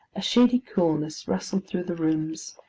a shady coolness rustled through the rooms,